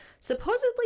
Supposedly